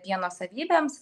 pieno savybėms